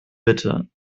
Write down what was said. bitte